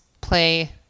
play